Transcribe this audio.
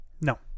No